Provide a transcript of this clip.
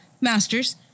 master's